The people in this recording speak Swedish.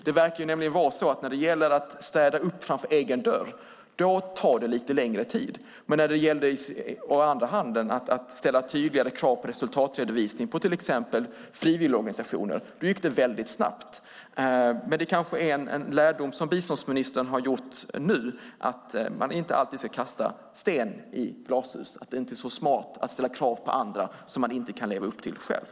Det verkar nämligen vara så att det tar lite längre tid att städa upp framför egen dörr - när det gällde att ställa tydligare krav på resultatredovisning på till exempel frivilligorganisationer gick det väldigt snabbt. Men det kanske är en lärdom som biståndsministern har gjort nu: att man inte ska kasta sten i glashus, att det inte är så smart att ställa krav på andra som man inte kan leva upp till själv.